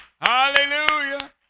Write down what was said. hallelujah